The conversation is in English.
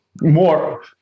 more